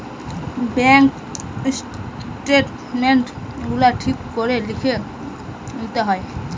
bank statement গুলা ঠিক করে লিখে লিতে হয়